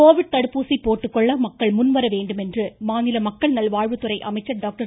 Covid தடுப்பூசி போட்டுக்கொள்ள மக்கள் முன்வர வேண்டும் என்று மாநில மக்கள் நல்வாழ்வுத்துறை அமைச்சர் டாக்டர்